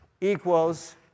equals